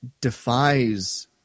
defies